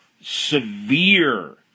severe